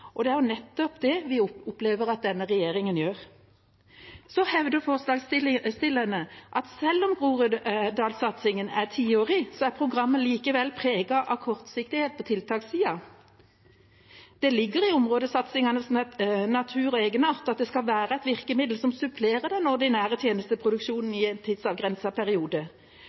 Det er nettopp det vi opplever at denne regjeringa gjør. Så hevder forslagsstillerne at selv om Groruddalssatsingen er tiårig, er programmet likevel preget av kortsiktighet på tiltakssida. Det ligger i områdesatsingenes natur og egenart at de skal være et virkemiddel som supplerer den ordinære tjenesteproduksjonen i en tidsavgrenset periode.